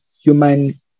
human